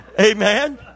Amen